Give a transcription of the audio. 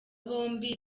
bombi